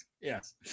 Yes